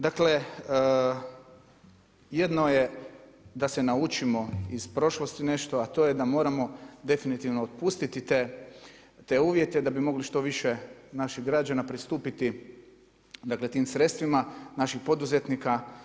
Dakle jedno je da se naučimo iz prošlosti nešto, a to je da moramo definitivno otpustiti te uvjete da bi mogli što više naših građana pristupiti tim sredstvima naših poduzetnika.